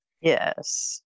yes